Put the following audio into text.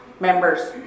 members